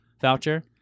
voucher